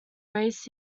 raised